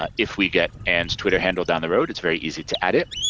ah if we get ann's twitter handle down the road, it's very easy to add it.